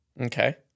Okay